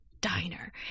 Diner